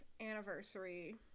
anniversary